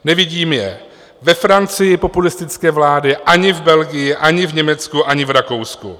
Nevidím je ve Francii, populistické vlády, ani v Belgii, ani v Německu, ani v Rakousku.